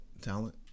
talent